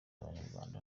abanyarwanda